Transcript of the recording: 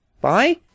Bye